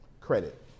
credit